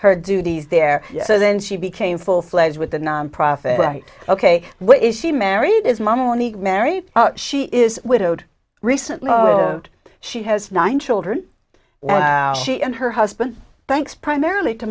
her duties there so then she became full fledged with the nonprofit right ok where is she married is monique married she is widowed recently she has nine children she and her husband thanks primarily to